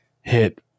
hit